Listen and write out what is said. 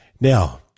Now